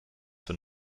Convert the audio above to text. für